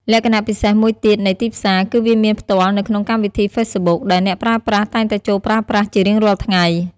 លក្ខណៈពិសេសមួយទៀតនៃ ទីផ្សារ គឺវាមានផ្ទាល់នៅក្នុងកម្មវិធី ហ្វេសប៊ុក ដែលអ្នកប្រើប្រាស់តែងតែចូលប្រើប្រាស់ជារៀងរាល់ថ្ងៃ។